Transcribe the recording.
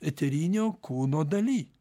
eterinio kūno daly